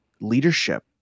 leadership